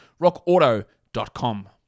Rockauto.com